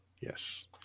Yes